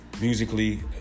musically